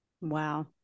wow